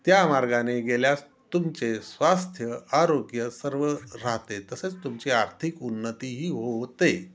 त्या मार्गाने गेल्यास तुमचे स्वास्थ्य आरोग्य सर्व राहते तसेच तुमची आर्थिक उन्नतीही हो होते